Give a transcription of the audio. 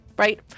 Right